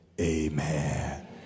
amen